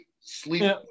sleep